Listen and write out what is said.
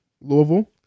Louisville